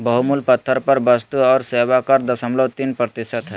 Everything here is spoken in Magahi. बहुमूल्य पत्थर पर वस्तु और सेवा कर दशमलव तीन प्रतिशत हय